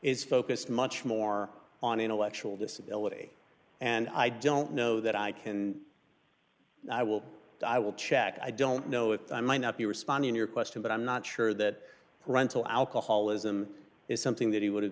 is focused much more on intellectual disability and i don't know that i can i will i will check i don't know if i might not be responding to your question but i'm not sure that parental alcoholism is something that he would have